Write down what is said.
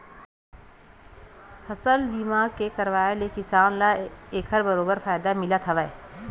फसल बीमा के करवाय ले किसान ल एखर बरोबर फायदा मिलथ हावय